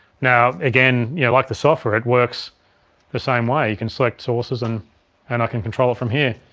now, again, yeah like the software, it works the same way. you can select sources and and i can control it from here.